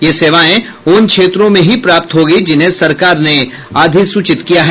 ये सेवाएं उन क्षेत्रों में ही प्राप्त होगी जिन्हें सरकार ने अधिसूचित किया है